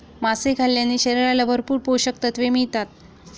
मासे खाल्ल्याने शरीराला भरपूर पोषकतत्त्वे मिळतात